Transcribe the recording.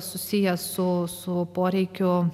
susiję su savo poreikio